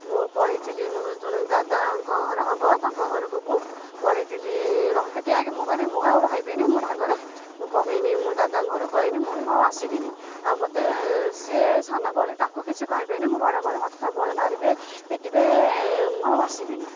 ମୁଁ କହିଥିଲି ମୋର ଜଣେ ଦାଦାଙ୍କ ଘର ହବ ତାଙ୍କ ଘରକୁ ମୁଁ ପଳାଇଥିଲି ହେଟି ଯାଇଁକି ମୁଁ କହିନି ମୁଁ ଆଉ ରହିବିନି ମୁଁ ରାଗରେ ମୁଁ ପଳାଇନି ମୁଁ ଦାଦାଙ୍କ ଘରକୁ ପଳାଇନି ମୁଁ ମୁଁ ଆଉ ଆସିବିନି ଆଉ ମୋତେ ସିଏ ସାନବୋଲି ତାକୁ କିଛି କହିବେନି ମୁଁ ବଡ଼ ବୋଲି ମୋତେ ସବୁବେଳେ ମାରିବେ ପିଟିବେ ମୁଁ ଆଉ ଆସିବିନି